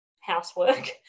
housework